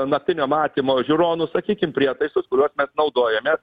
naktinio matymo žiūronus sakykim prietaisus kuriuos mes naudojame